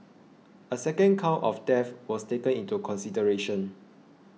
a second count of theft was taken into consideration